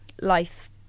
life